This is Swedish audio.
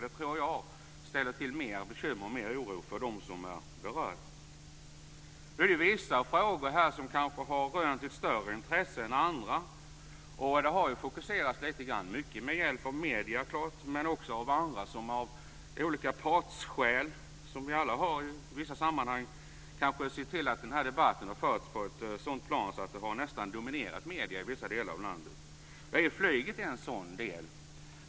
Det tror jag ställer till mer bekymmer och mer oro för dem som är berörda. Nu är det vissa frågor här som kanske har rönt ett större intresse än andra. Det har ju fokuserats lite grann. Det har det gjort mycket med hjälp av medierna men också med hjälp av andra som av olika partsskäl, som vi alla har i vissa sammanhang, kanske har sett till att den här debatten har förts på ett sådant plan att det nästan har dominerat medierna i vissa delar av landet. Flyget är en sådan del.